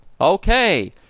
Okay